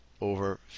over